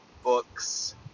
books